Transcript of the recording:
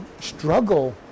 struggle